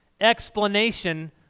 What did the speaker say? explanation